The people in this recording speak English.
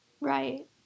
Right